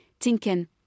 Tinken